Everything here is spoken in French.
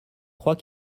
crois